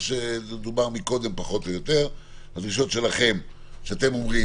מה שדובר מקודם פחות או יותר על הדרישות שלכם אתם אומרים